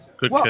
Good